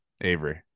Avery